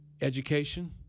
education